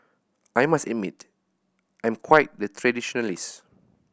I must admit I'm quite the traditionalist